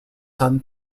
son